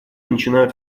начинают